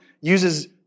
uses